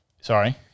Sorry